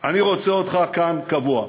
אני רוצה אותך כאן קבוע.